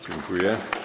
Dziękuję.